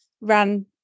ran